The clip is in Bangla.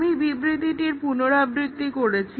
আমি বিবৃতিটির পুনরাবৃত্তি করছি